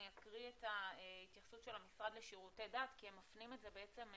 אני אקריא את התייחסות של המשרד לשירותי דת כי הם מפנים את זה אליכם,